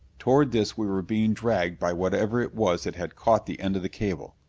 toward this we were being dragged by whatever it was that had caught the end of the cable.